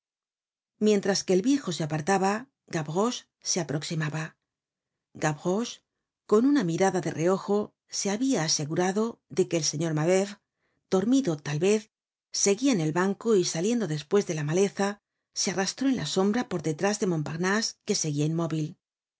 mientras que el viejo se apartaba gavroche se aproximaba gavroche con una mirada de reojo se habia asegurado de que el señor mabeuf dormido tal vez seguia en el banco y saliendo despues de la maleza se arrastró en la sombra por detrás de montparnase que seguia inmóvil asi